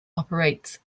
operates